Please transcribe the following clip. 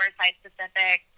site-specific